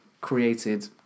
created